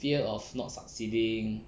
fear of not succeeding